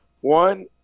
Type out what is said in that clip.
One